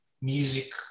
music